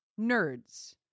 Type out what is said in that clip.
nerds